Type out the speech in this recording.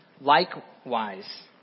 likewise